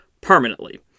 permanently